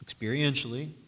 experientially